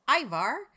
Ivar